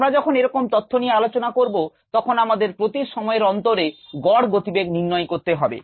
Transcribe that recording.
আমরা যখন এরকম তথ্য নিয়ে আলোচনা করব তখন আমাদের প্রতি সময়ের অন্তরে গড় গতিবেগ নির্ণয় করতে হবে